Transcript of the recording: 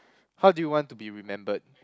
how do you want to be remembered